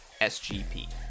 SGP